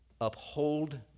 uphold